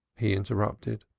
he interrupted.